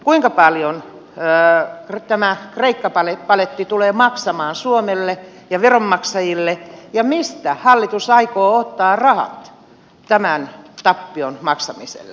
kuinka paljon tämä kreikka paletti tulee maksamaan suomelle ja veronmaksajille ja mistä hallitus aikoo ottaa rahat tämän tappion maksamiselle